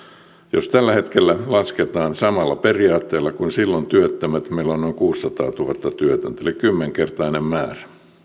jos tällä hetkellä lasketaan työttömät samalla periaatteella kuin silloin meillä on noin kuusisataatuhatta työtöntä eli kymmenkertainen määrä